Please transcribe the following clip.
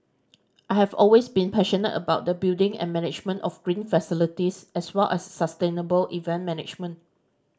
I have always been passionate about the building and management of green facilities as well as sustainable event management